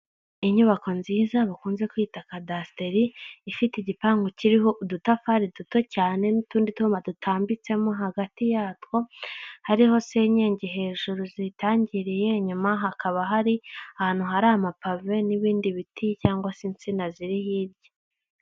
Inyubako nziza, bakunze kwita cadasiteri, ifite igipangu kiriho udutafari duto cyane, n'utundi twuma dutambitsemo hagati yatwo, hari senyenge hejuru zitangiriye, inyuma hakaba hari ahantu hari amapave, n'ibindi biti cyangwa se insina ziri hirya.